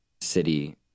city